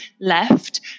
left